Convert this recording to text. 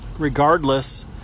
Regardless